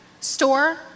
Store